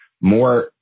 more